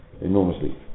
enormously